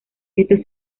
estos